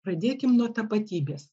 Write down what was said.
pradėkim nuo tapatybės